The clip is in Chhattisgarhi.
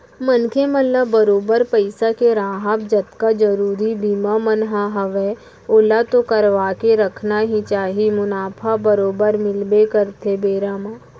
मनखे मन ल बरोबर पइसा के राहब जतका जरुरी बीमा मन ह हवय ओला तो करवाके रखना ही चाही मुनाफा बरोबर मिलबे करथे बेरा म